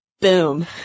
Boom